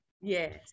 Yes